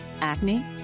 Acne